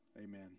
amen